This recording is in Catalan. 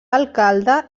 alcalde